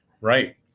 Right